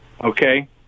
okay